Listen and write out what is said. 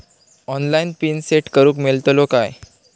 Online PIN set करूक मेलतलो काय?